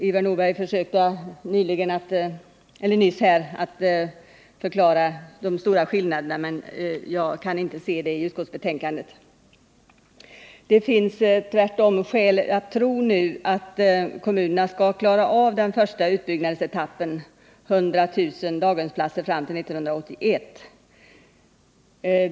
Ivar Nordberg försökte nyss att förklara de stora skillnaderna mellan planerna och den faktiska utbyggnaden, men jag kan inte inse att det föreligger några sådana stora skillnader. Tvärtom finns det skäl att tro att kommunerna nu skall klara av den första utbyggnadsetappen, 100 000 daghemsplatser fram till 1981.